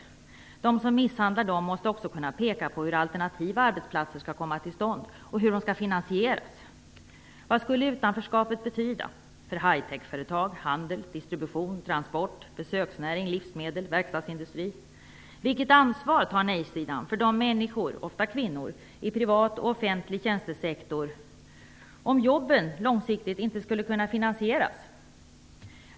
De som "misshandlar" de små och medelstora företagen måste också kunna peka på hur alternativa arbetsplatser skall komma till stånd och hur de skall finansieras. Vad skulle utanförskapet betyda för high-tech-företag, handel, distribution, transport, besöksnäring, livsmedel, verkstadsindustri? Vilket ansvar tar nej-sidan för de människor, ofta kvinnor, i privat och offentlig tjänstesektor om jobben långsiktighet inte skulle kunna finansieras?